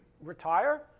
retire